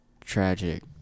tragic